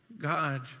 God